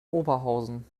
oberhausen